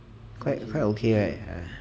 quite quite okay right